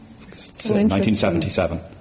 1977